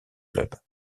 clubs